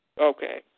Okay